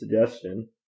suggestion